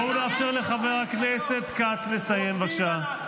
בואו נאפשר לחבר הכנסת כץ לסיים, בבקשה.